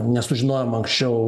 nesužinojom anksčiau